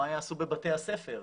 מה יעשו בבתי הספר?